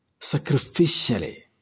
Sacrificially